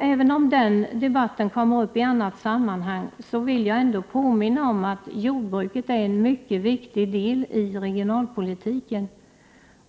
Även om debatten härom kommer upp i annat sammanhang vill jag ändå påminna om att jordbruket är en mycket viktig del i regionalpolitiken.